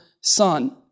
son